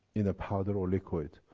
in a powder or liquid.